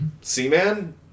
Seaman